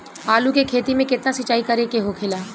आलू के खेती में केतना सिंचाई करे के होखेला?